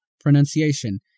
Pronunciation